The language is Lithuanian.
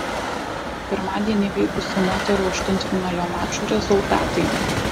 pirmadienį vykusių moterų aštuntfinalio mačų rezultatai